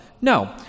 No